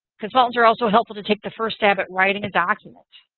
consultants are also helpful to take the first stab at writing a document.